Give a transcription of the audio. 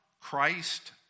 Christ